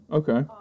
okay